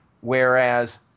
Whereas